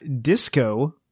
Disco